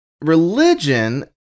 religion